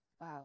Wow